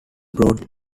brought